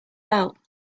out